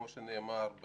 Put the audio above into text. כפי שנאמר,